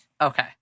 Okay